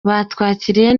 batwakiriye